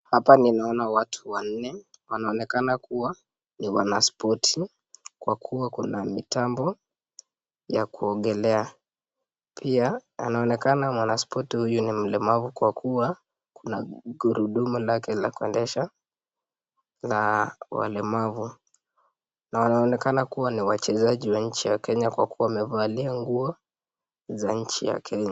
Hapa ninaona watu wanne, wanaonekana kuwa ni wanaspoti kwa kuwa kuna mitambo ya kuogelea. Pia inaonekana mwanaspoti huyu ni mlemavu kwa kuwa kuna gurudumu lake la kuendesha na walemavu. Wanaonekana kuwa ni wachezaji wa nchi ya Kenya kwa kuwa wamevalia nguo za nchi ya Kenya.